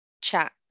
chat